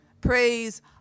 Praise